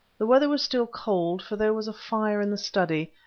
the weather was still cold, for there was a fire in the study,